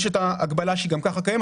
יש את ההגבלה שהיא גם ככה קיימת.